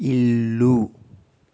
ఇల్లు